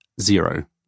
zero